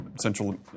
Central